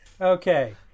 Okay